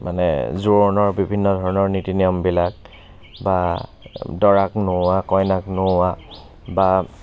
মানে জোৰণৰ বিভিন্ন ধৰণৰ নীতি নিয়মবিলাক বা দৰাক নোওৱা কইনাক নোওৱা বা